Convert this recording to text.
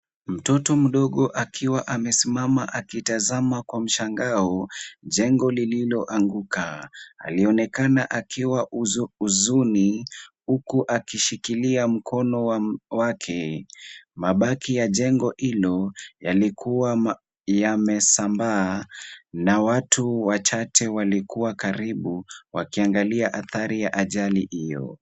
Mtoto mdogo akiwa amesimama akitazama kwa mshangao jengo lililoanguka, alionekana akiwa huzuni, huku akishikilia mkono wake, mabaki ya jengo hilo yalikuwa yamesambaa na watu wachache walikuwa karibu wakiangalia athari ya ajali hiyo.